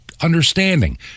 understanding